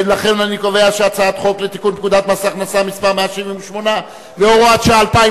לכן אני קובע שהצעת חוק לתיקון פקודת מס הכנסה (מס' 178 והוראת שעה),